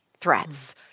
threats